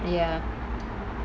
ya